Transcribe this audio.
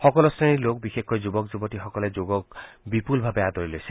সকলো শ্ৰেণীৰ লোক বিশেষকৈ যূৱক যূৱতীসকলে যোগক বিপূলভাৱে আদৰি লৈছে